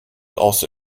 also